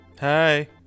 Hi